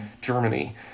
Germany